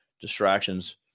distractions